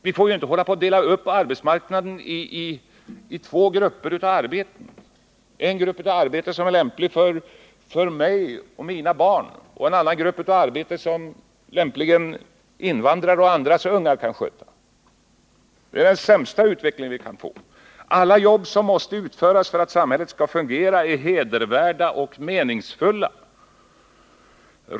Vi får inte dela upp arbetsmarknaden i två grupper av arbeten: en grupp av arbeten som är lämpliga för mig och mina barn och en annan grupp av arbeten som lämpligen invandrare och andras ungar kan sköta. Det är den sämsta utveckling vi kan få. Alla jobb som måste utföras för att samhället skall kunna fungera är hedervärda och meningsfulla.